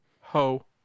ho